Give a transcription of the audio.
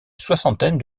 soixantaine